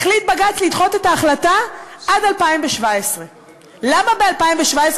החליט בג"ץ לדחות את ההחלטה עד 2017. למה ב-2017,